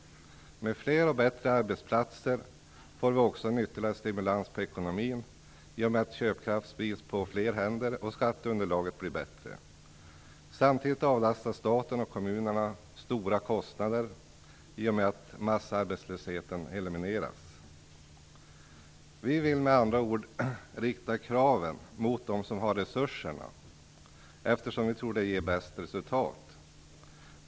Med fler och bättre arbetsplatser får vi också ytterligare stimulans av ekonomin i och med att köpkraft sprids på fler händer och skatteunderlaget blir bättre. Samtidigt avlastas staten och kommunerna stora kostnader i och med att massarbetslösheten elimineras. Vi vill med andra ord rikta kraven mot dem som har resurserna eftersom vi tror att det ger bäst resultat.